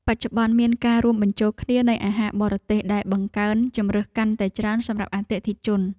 បច្ចុប្បន្នមានការរួមបញ្ចូលគ្នានៃអាហារបរទេស ដែលបង្កើនជម្រើសកាន់តែច្រើនសម្រាប់អតិថិជន។